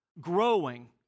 growing